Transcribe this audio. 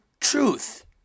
truth